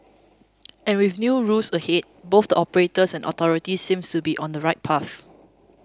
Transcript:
and with new rules ahead both the operators and authorities seem to be on the right path